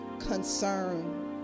concern